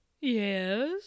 yes